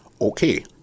Okay